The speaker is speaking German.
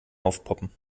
aufpoppen